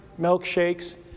milkshakes